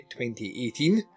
2018